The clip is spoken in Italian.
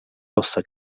possa